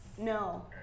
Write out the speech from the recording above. No